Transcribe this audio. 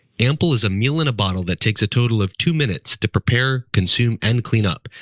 ample is a meal in a bottle that takes a total of two minutes to prepare, consume, and cleanup.